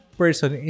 person